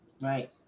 Right